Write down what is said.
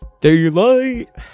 Daylight